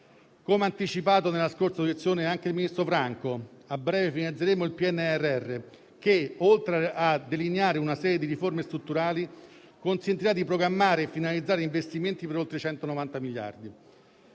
Come ha anticipato nella scorsa audizione anche il ministro Franco, a breve finanzieremo il PNRR, che, oltre a delineare una serie di riforme strutturali, consentirà di programmare e finalizzare investimenti per oltre 190 miliardi.